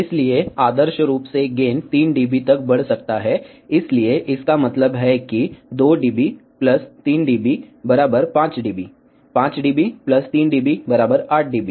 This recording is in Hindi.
इसलिए आदर्श रूप से गेन 3 डीबी तक बढ़ सकता है इसलिए इसका मतलब है कि 2 dB 3 dB 5 dB 5 dB 3 dB 8 dB